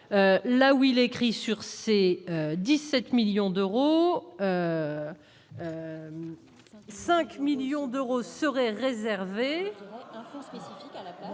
là où il écrit sur c'est 17 millions d'euros. 5 millions d'euros serait à